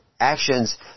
Actions